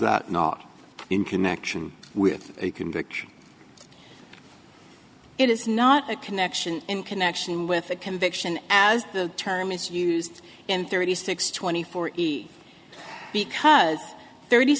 that not in connection with a conviction it is not a connection in connection with a conviction as the term is used in thirty six twenty four because thirty